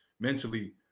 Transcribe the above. mentally